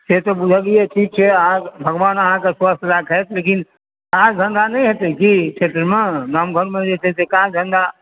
से तऽ बुझलियै ठीक छै भगवान अहाँकेँ स्वस्थ राखथि लेकिन काज धन्धा नहि हेतै की क्षेत्रमे गाम घरमे जे छै से काम धन्धा